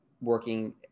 working